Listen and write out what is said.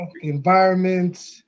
environment